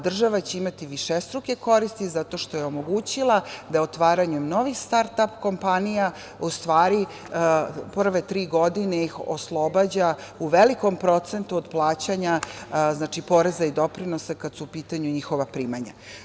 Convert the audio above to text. Država će imati višestruke koristi zato što je omogućila da otvaranjem novih start-ap kompanija u stvari prve tri godine ih oslobađa u velikom procentu od plaćanja poreza i doprinosa kada su u pitanju njihova primanja.